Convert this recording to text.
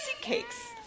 cakes